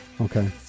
Okay